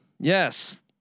Yes